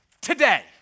Today